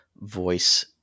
voice